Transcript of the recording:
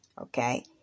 Okay